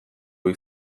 ohi